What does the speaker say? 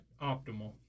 optimal